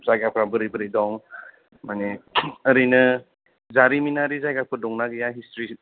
जायगाफ्रा बोरै बोरै दं माने ओरैनो जारिमिनारि जायगाफोर दं ना गैया हिसथ्रि